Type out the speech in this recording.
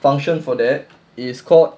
function for that is called